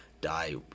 die